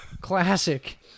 Classic